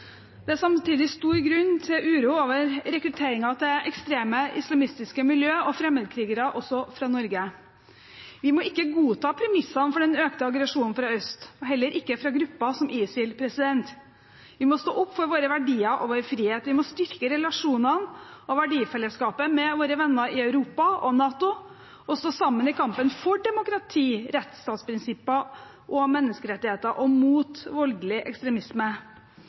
Det er samtidig stor grunn til uro over rekrutteringen til ekstreme islamistiske miljø og fremmedkrigere, også fra Norge. Vi må ikke godta premissene for den økte aggresjonen fra øst og heller ikke fra grupper som ISIL. Vi må stå opp for våre verdier og vår frihet. Vi må styrke relasjonene og verdifellesskapet med våre venner i Europa og NATO og stå sammen i kampen for demokrati, rettsstatsprinsipper og menneskerettigheter – og mot voldelig ekstremisme.